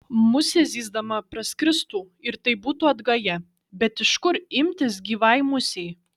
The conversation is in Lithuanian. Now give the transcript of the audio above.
musė zyzdama praskristų ir tai būtų atgaja bet iš kur imtis gyvai musei